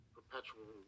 perpetual